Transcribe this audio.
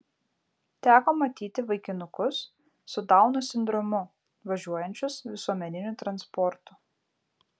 teko matyti vaikinukus su dauno sindromu važiuojančius visuomeniniu transportu